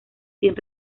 sin